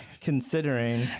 considering